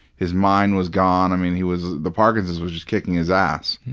his mind was gone. i mean, he was the parkinson's was just kicking his ass.